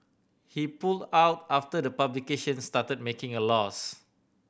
he pulled out after the publication started making a loss